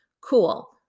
cool